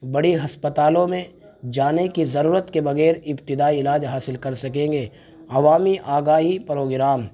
بڑی ہسپتالوں میں جانے کی ضرورت کے بغیر ابتدائی علاج حاصل کر سکیں گے عوامی آگاہی پروگرام